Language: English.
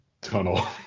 tunnel